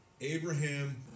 Abraham